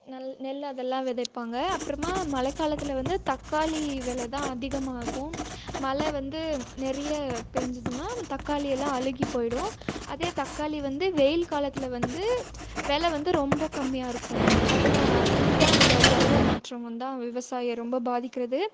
நெல் நெல் அதெல்லாம் விதைப்பாங்க அப்புறமா மழைக்காலத்துல வந்து தக்காளி வெலை தான் அதிகமாகும் மழை வந்து நிறைய பெஞ்சிதுனா தக்காளி எல்லாம் அழுகி போயிடும் அதே தக்காளி வந்து வெயில் காலத்தில் வந்து வெலை வந்து ரொம்ப கம்மியாக இருக்கும் அதுனா இதான் அந்த பருவ மாற்றம் வந்தால் விவசாயிய ரொம்ப பாதிக்கிறது